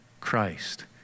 Christ